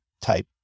type